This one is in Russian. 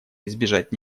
избежать